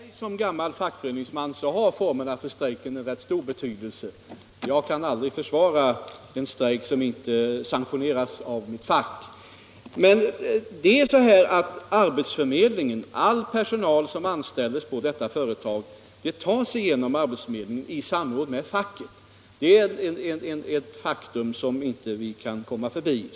Herr talman! För mig som gammal fackföreningsman har formerna för strejken väldigt stor betydelse. Jag kan aldrig försvara en strejk som inte sanktioneras av mitt fack. Men all personal som anställs vid här ifrågavarande företag tas som sagt genom arbetsförmedlingen i samråd med facket. Det är ett faktum som man inte kan komma förbi.